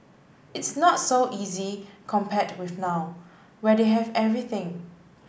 it's not so easy compared with now where they have everything